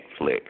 netflix